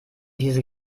diese